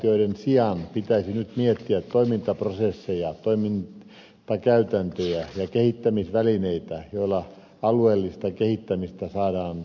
organisaatioiden sijaan pitäisi nyt miettiä toimintaprosesseja toimintakäytäntöjä ja kehittämisvälineitä joilla alueellisesta kehittämisestä saadaan vaikuttavaa